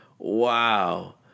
wow